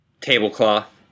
tablecloth